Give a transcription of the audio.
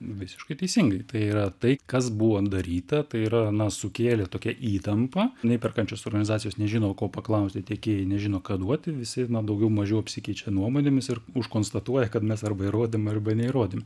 visiškai teisingai tai yra tai kas buvo daryta tai yra na sukėlė tokią įtampą nei perkančios organizacijos nežino ko paklausti tiekėjai nežino ką duoti visi daugiau mažiau apsikeičia nuomonėmis ir užkonstatuoja kad mes arba įrodom arba neįrodėm